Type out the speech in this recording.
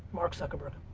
mark zuckerberg.